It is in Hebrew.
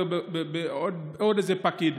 זה עוד איזה פקיד.